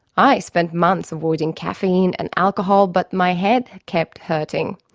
i spent months avoiding caffeine and alcohol, but my head kept hurting.